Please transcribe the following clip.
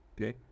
okay